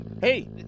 Hey